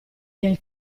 del